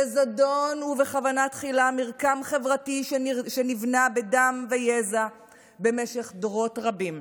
בזדון ובכוונת תחילה מרקם חברתי שנבנה בדם ויזע במשך דורות רבים.